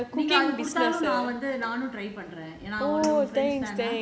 try பண்ணுங்க நீங்க அத குடுத்தாலும் நானும் அத:pannunga neenga atha kuduthalum nanum atha try பண்றேன்:pandraen